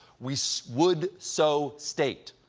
we so would so state.